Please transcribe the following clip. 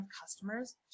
customers